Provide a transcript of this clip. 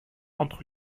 entre